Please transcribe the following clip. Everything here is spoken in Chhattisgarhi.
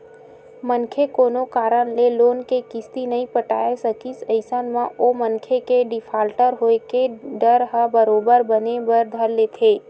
मनखे कोनो कारन ले लोन के किस्ती नइ पटाय सकिस अइसन म ओ मनखे के डिफाल्टर होय के डर ह बरोबर बने बर धर लेथे